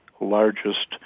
largest